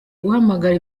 guhamagara